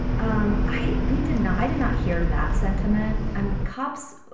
um i we did not i did not hear that sentiment. i'm cops.